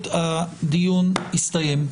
הדיון הסתיים.